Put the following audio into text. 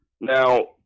Now